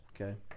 okay